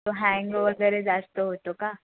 तो हँग वगैरे जास्त होतो का